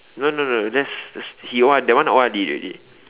no no no that's that's he O_R that O_R_Ded already